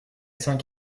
saint